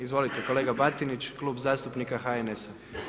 Izvolite kolega Batinić i Klub zastupnika HNS-a.